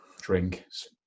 drinks